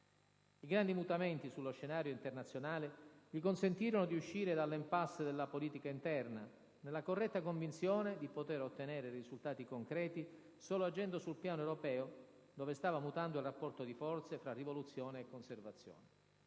I grandi mutamenti sullo scenario internazionale gli consentirono di uscire dall'*impasse* della politica interna, nella corretta convinzione di poter ottenere risultati concreti solo agendo sul piano europeo, dove stava mutando il rapporto di forze fra rivoluzione e conservazione.